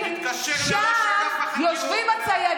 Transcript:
התקשר לראש אגף החקירות,